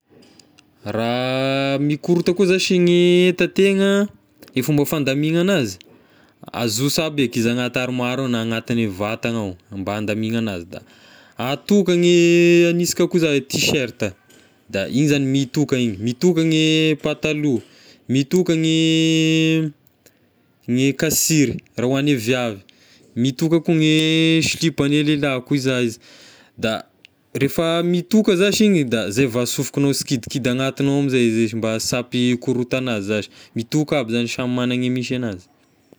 Raha mikorota koa zashy gne enta tegna, e fomba fandamigna anazy azoso aby eky izy agnaty armoara ao na anatine vata agnao mba andamignana azy, da atokagny haninsika koa za tiserta, da e zagny mitoka igny, mitoka gne pataloha, mitoka gne gne kasiry raha hon'ny viavy, mitoka koa gne silipo any lelahy koa za izy, da rehefa mitoka zashy igny da zay vao asofokagnao sikidikidy agnatiny ao amizay izy mba sy ampy korota azy zashy, mitoka aby zashy samy magna gne misy anazy.